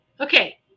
Okay